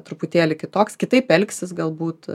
truputėlį kitoks kitaip elgsis galbūt